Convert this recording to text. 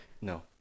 No